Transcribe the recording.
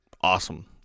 awesome